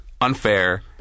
unfair